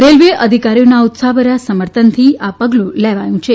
railway અધિકારીઓના ઉત્સાહભર્યા સમર્થનથી આ પગલું લેવાયું છે